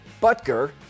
Butker